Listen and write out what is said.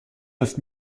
neuf